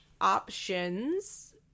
options